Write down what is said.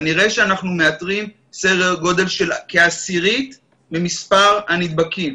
כנראה שאנחנו מאתרים כעשירית ממספר הנדבקים.